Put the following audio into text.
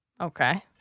Okay